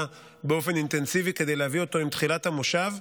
באופן אינטנסיבי כדי להביא אותו עם תחילת המושב,